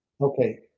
Okay